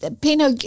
Pino